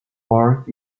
park